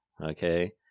okay